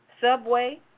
Subway